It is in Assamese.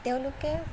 তেওঁলোকে